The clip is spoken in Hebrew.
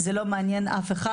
זה לא מעניין אף אחד.